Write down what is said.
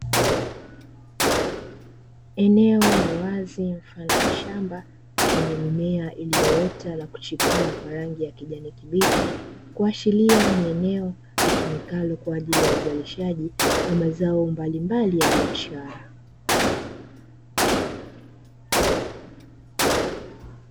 Eneo la wazi mfano wa shamba, lenye mimea iliyoota na kuchipua kwa rangi ya kijani kibichi, kuashiria ni eneo litumikalo kwa ajili ya uzalishaji wa mazao mbalimbali ya biashara.